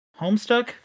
Homestuck